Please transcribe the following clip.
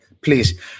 please